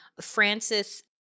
Francis